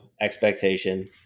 expectation